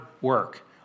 work